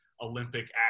Olympic